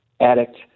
addict